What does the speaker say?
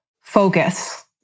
focus